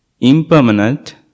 impermanent